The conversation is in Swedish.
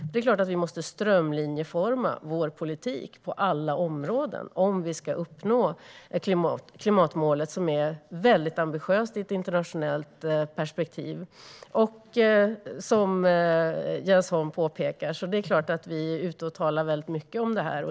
Det är klart att vi måste strömlinjeforma vår politik på alla områden om vi ska uppnå klimatmålet, som är mycket ambitiöst i ett internationellt perspektiv. Jens Holm påpekar att vi talar mycket om dessa frågor.